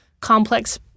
complex